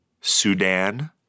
Sudan